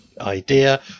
idea